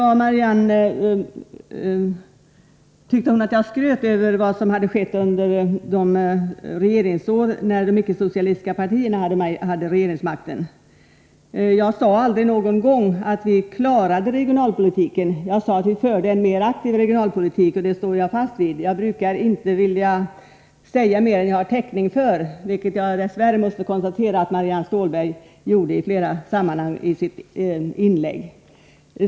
Marianne Stålberg tyckte att jag skröt över vad som hade skett under de år när de icke-socialistiska partierna hade regeringsmakten. Jag sade aldrig någon gång att vi klarade regionalpolitiken. Jag sade att vi förde en mer aktiv regionalpolitik, och det står jag fast vid. Jag brukar inte vilja säga mer än jag har täckning för — något som jag dess värre måste konstatera att Marianne Stålberg gjorde i flera sammanhang i sitt inlägg.